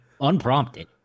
unprompted